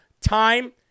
time